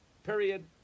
Period